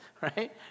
right